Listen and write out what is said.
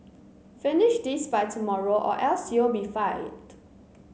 finish this by tomorrow or else you'll be fired